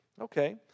Okay